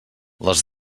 les